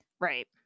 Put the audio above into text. Right